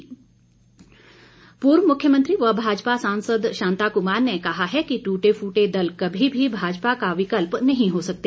शांता कुमार पूर्व मुख्यमंत्री व भाजपा सांसद शांता कुमार ने कहा है कि ट्टेफूटे दल कभी भी भाजपा का विकल्प नहीं हो सकते